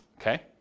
okay